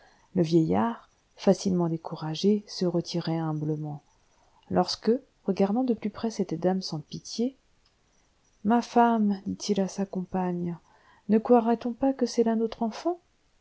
le vieillard facilement découragé se retirait humblement lorsque regardant de plus près cette dame sans pitié ma femme dit-il à sa compagne ne croirait-on pas que c'est là notre enfant